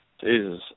Jesus